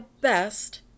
best